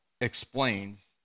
explains